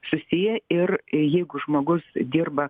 susiję ir jeigu žmogus dirba